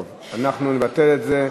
טוב, אנחנו נבטל את זה.